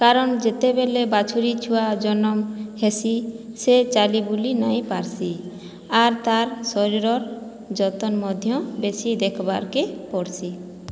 କାରଣ ଯେତେବେଳେ ବାଛୁରୀ ଛୁଆ ଜନ୍ମ ହେସି ସେ ଚାଲି ବୁଲି ନାହିଁ ପାର୍ସି ଆର୍ ତା'ର ଶରୀରର ଯତ୍ନ ମଧ୍ୟ ବେଶି ଦେଖିବାକୁ ପଡ଼୍ସି